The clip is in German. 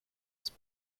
ist